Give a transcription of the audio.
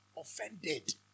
Offended